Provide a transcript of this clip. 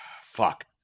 fuck